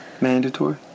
Mandatory